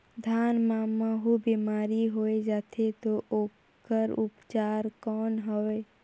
धान मां महू बीमारी होय जाथे तो ओकर उपचार कौन हवे?